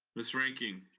miss reinking.